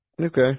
Okay